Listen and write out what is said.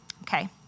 Okay